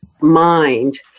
mind